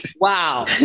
Wow